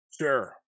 sure